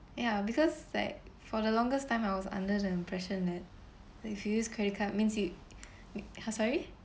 ya because like for the longest time I was under the impression that if you use credit card means you !huh! sorry